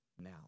now